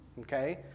Okay